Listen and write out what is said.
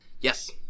yes